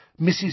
Mrs